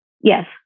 Yes